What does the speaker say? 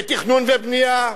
בתכנון ובנייה,